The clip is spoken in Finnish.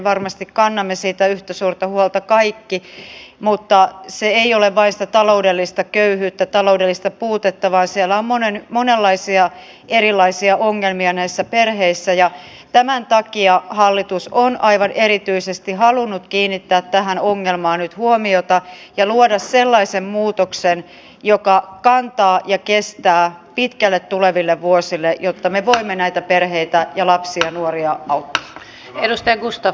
varmasti kannamme siitä yhtä suurta huolta kaikki mutta se ei ole vain sitä taloudellista köyhyyttä taloudellista puutetta vaan siellä on monenlaisia erilaisia ongelmia näissä perheissä ja tämän takia hallitus on aivan erityisesti halunnut kiinnittää tähän ongelmaan nyt huomiota ja luoda sellaisen muutoksen joka kantaa ja kestää pitkälle tuleville vuosille jotta me voimme näitä perheitä ja lapsia ja nuoria auttaa